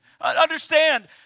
Understand